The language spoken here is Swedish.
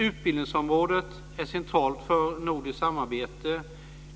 Utbildningsområdet är centralt för nordiskt samarbete.